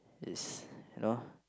is you know